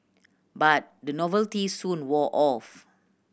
but the novelty soon wore off